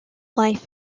life